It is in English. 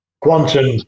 quantum